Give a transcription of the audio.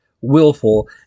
willful